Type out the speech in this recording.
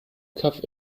cough